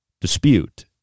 dispute